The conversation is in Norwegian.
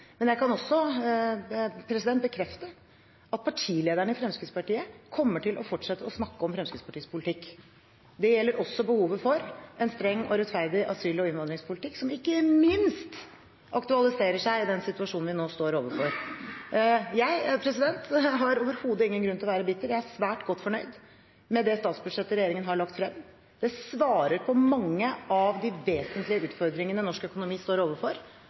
Men jeg kan også bekrefte at partilederen i Fremskrittspartiet kommer til å fortsette å snakke om Fremskrittspartiets politikk. Det gjelder også behovet for en streng og rettferdig asyl- og innvandringspolitikk, som ikke minst aktualiserer seg i den situasjonen vi nå står overfor. Jeg har overhodet ingen grunn til å være bitter. Jeg er svært godt fornøyd med det statsbudsjettet regjeringen har lagt frem. Det svarer på mange av de vesentlige utfordringene norsk økonomi står overfor,